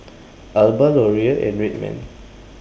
Alba Laurier and Red Man